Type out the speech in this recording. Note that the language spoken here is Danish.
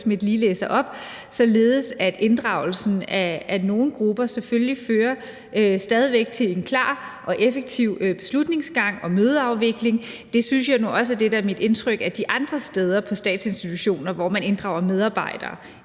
lige har læst op, således at inddragelsen af nogle grupper selvfølgelig stadig væk fører til en klar og effektiv beslutningsgang og mødeafvikling. Det er nu også mit indtryk fra andre statsinstitutioner, hvor man inddrager medarbejdere